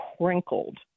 crinkled